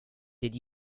did